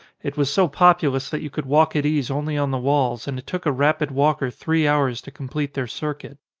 it was so populous that you could walk at ease only on the walls and it took a rapid walker three hours to complete their circuit.